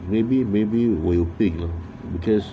maybe maybe we'll pick because